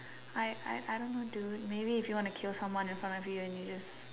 I I I I don't know dude maybe if you wanna kill someone in front of you just